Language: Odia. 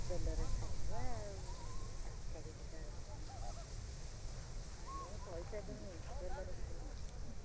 ହୋଟେଲରେ ଖାଇବା ଆଉ ମୁଁ ପଇସା ଦେବି ହୋଟେଲରେ ଖାଇଲେ